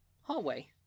hallway